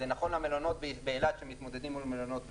זה נכון למלונות באילת שמתמודדים מול מלונות בעקבה,